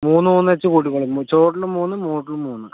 മൂന്നു മൂന്നു വച്ചു കൂട്ടിക്കോളൂ ചുവട്ടിൽ മൂന്ന് മൂട്ടിലും മൂന്ന്